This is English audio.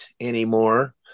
anymore